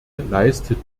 leistet